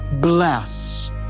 bless